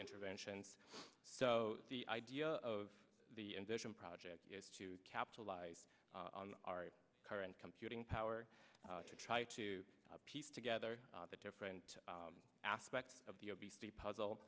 interventions so the idea of the invasion project is to capitalize on our current computing power to try to piece together the different aspects of the obesity puzzle